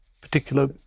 particular